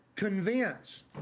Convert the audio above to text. Convince